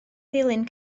ddilyn